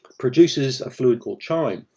produces a fluid called chyme,